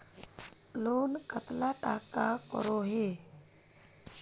Loan कतला टाका करोही?